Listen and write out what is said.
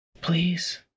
Please